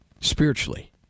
spiritually